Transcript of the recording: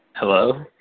Hello